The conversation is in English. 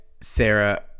sarah